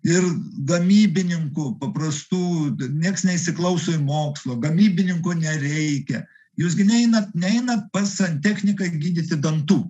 ir gamybininkų paprastų niekas neįsiklauso į mokslo gamybininkų nereikia jūs gi neinat neinat pas santechniką gydyti dantų